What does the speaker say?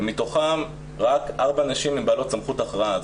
ומתוכם רק ארבע נשים הן בעלות סמכות הכרעה,